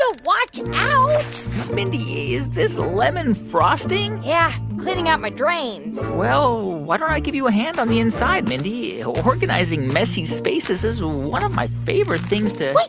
so watch out mindy, is this lemon frosting? yeah. cleaning out my drains well, why don't i give you a hand on the inside, mindy? organizing messy spaces is one of my favorite things to. wait.